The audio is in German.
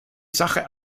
sache